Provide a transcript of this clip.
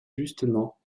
justement